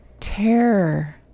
terror